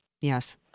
Yes